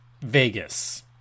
Vegas